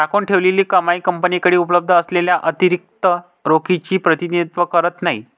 राखून ठेवलेली कमाई कंपनीकडे उपलब्ध असलेल्या अतिरिक्त रोखीचे प्रतिनिधित्व करत नाही